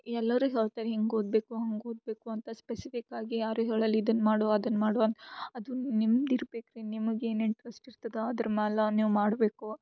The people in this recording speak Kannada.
ಎಲ್ಲರೂ ಹೇಳ್ತಾರೆ ಹಿಂಗೆ ಓದಬೇಕು ಹಂಗೆ ಓದಬೇಕು ಅಂತ ಸ್ಪೆಸಿಫಿಕ್ ಆಗಿ ಯಾರು ಹೇಳಲ್ಲ ಇದನ್ನು ಮಾಡು ಇದನ್ನು ಮಾಡು ಅಂತ ಅದು ನಿಮ್ಗೆ ಇರ್ಬೇಕು ರೀ ನಿಮ್ಗೆ ಏನು ಇಂಟ್ರೆಸ್ಟ್ ಇರ್ತದೆ ಅದ್ರ ಮ್ಯಾಲೆ ನೀವು ಮಾಡಬೇಕು